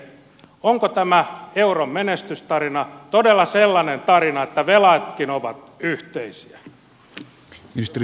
onko tämä euron menestystarina todella sellainen tarina että velatkin ovat yhteisiä